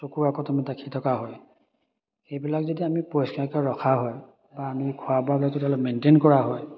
চকুৰ আগত আমি দেখি থকা হয় সেইবিলাক যদি আমি পৰিষ্কাৰকৈ ৰখা হয় বা আমি খোৱা বোৱাটো যদি অলপ মেইনটেইন কৰা হয়